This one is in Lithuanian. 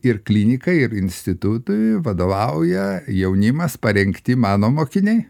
ir klinikai ir institutui vadovauja jaunimas parengti mano mokiniai